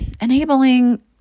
enabling